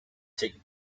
take